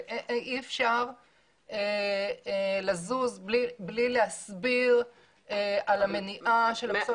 אי אפשר לזוז בלי להסביר על המניעה של הפסולת.